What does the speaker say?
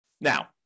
Now